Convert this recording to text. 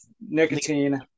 nicotine